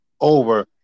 over